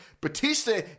Batista